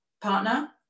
partner